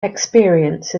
experience